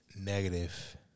Negative